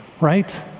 right